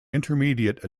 intermediate